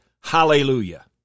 Hallelujah